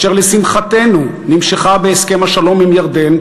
אשר לשמחתנו נמשכה בהסכם השלום עם ירדן